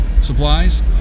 Supplies